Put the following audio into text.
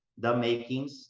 themakings